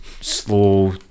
slow